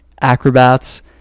acrobats